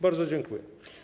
Bardzo dziękuję.